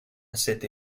cette